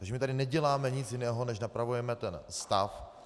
A že my tady neděláme nic jiného, než napravujeme stav.